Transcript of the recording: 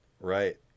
Right